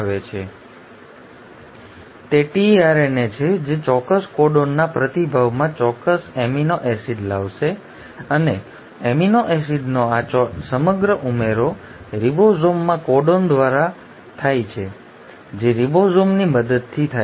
તે tRNA છે જે ચોક્કસ કોડોનના પ્રતિભાવમાં ચોક્કસ એમિનો એસિડ લાવશે અને એમિનો એસિડનો આ સમગ્ર ઉમેરો રિબોસોમમાં કોડોન દ્વારા કોડોન દ્વારા થાય છે જે રિબોસોમની મદદથી થાય છે